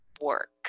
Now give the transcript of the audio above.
work